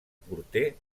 porter